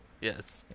Yes